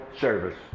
service